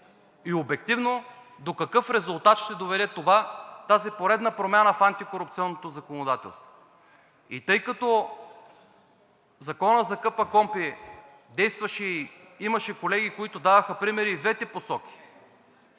и обективно до какъв резултат ще доведе тази поредна промяна в антикорупционното законодателство. Тъй като Законът за КПКОНПИ действаше и имаше колеги, които даваха примери в двете посоки